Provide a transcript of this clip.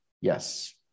yes